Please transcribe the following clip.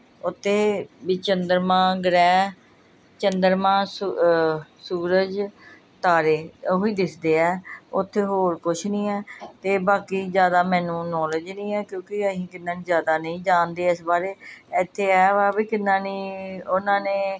ਉੱਤੇ ਵੀ ਚੰਦਰਮਾ ਗ੍ਰਹਿ ਚੰਦਰਮਾ ਸ ਸੂਰਜ ਤਾਰੇ ਉਹੀ ਦਿਸਦੇ ਆ ਉੱਥੇ ਹੋਰ ਕੁਛ ਨਹੀਂ ਹੈ ਅਤੇ ਬਾਕੀ ਜ਼ਿਆਦਾ ਮੈਨੂੰ ਨੋਲਿਜ ਨਹੀਂ ਹੈ ਕਿਉਂਕਿ ਅਸੀਂ ਕਿੰਨਾ ਜ਼ਿਆਦਾ ਨਹੀਂ ਜਾਣਦੇ ਇਸ ਬਾਰੇ ਇੱਥੇ ਇਹ ਵਾ ਕਿੰਨਾ ਨੇ ਉਹਨਾਂ ਨੇ